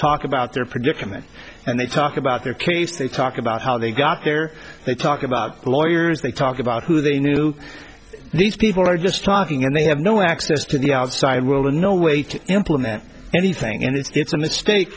talk about their predicament and they talk about their case they talk about how they got there they talk about lawyers they talk about who they knew these people are just talking and they have no access to the outside world and no way to implement anything and it's a mistake